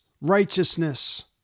Righteousness